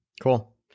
Cool